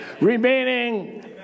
remaining